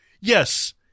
yes